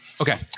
Okay